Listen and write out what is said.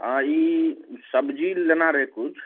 अँ ई सबजी लेना रहै किछु